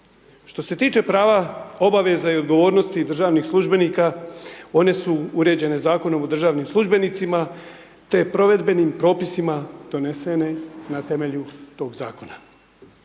Što se tiče prava, obaveze i odgovornosti državnih službenika, one su uređene Zakonom o državnim službenicima te provedbenim propisima donesene na temelju tog zakona.